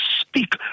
speak